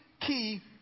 key